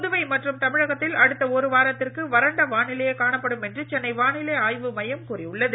புதுவை மற்றும் தமிழகத்தில் அடுத்த ஒரு வாரத்திற்கு வறண்ட வானிலையே காணப்படும் என சென்னை வானிலை ஆய்வு மையம் கூறி உள்ளது